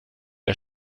der